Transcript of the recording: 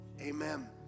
Amen